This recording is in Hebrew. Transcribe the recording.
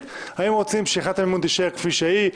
האם רוצים שיחידת המימון תישאר כפי שהיא,